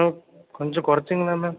ma'am கொஞ்சம் குறச்சிங்களேன் ma'am